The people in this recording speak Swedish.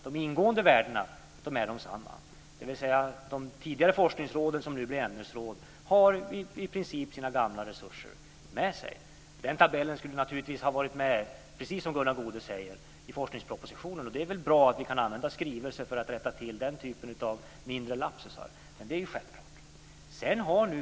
De ingående värdena är desamma, dvs. de tidigare forskningsråden som nu blir ämnesråd har i princip sina gamla resurser med sig. Den tabellen skulle naturligtvis har varit med i forskningspropositionen, precis som Gunnar Goude säger. Det är väl bra att man kan använda skrivelser för att rätta till den typen av mindre lapsusar - det är självklart.